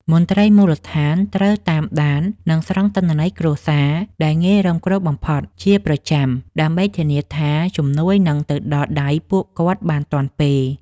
មន្ត្រីមូលដ្ឋានត្រូវតាមដាន និងស្រង់ទិន្នន័យគ្រួសារដែលងាយរងគ្រោះបំផុតជាប្រចាំដើម្បីធានាថាជំនួយនឹងទៅដល់ដៃពួកគាត់បានទាន់ពេល។